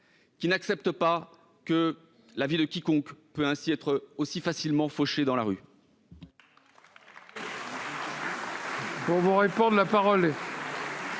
qui n'acceptent pas que la vie de quiconque puisse ainsi être aussi facilement fauchée dans la rue.